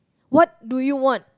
what do you want